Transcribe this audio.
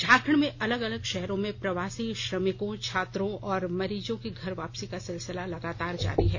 झारखंड में अलग अलग शहरों से प्रवासी श्रमिकों छात्रों और मरीजों की घर वापसी का सिलसिला लगातार जारी है